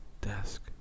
desk